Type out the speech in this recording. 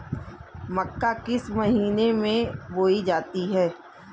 मक्का किस महीने में बोई जाती है?